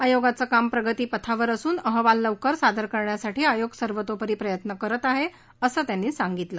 आयोगाचं काम प्रगतीपथावर असून अहवाल लवकर सादर करण्यासाठी आयोग सर्वोतोपरी प्रयत्न करत आहेअसं त्यांनी सांगितलं